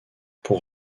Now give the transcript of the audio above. pour